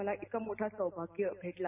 मला इतका मोठा सौभाग्य भेटला